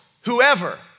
Whoever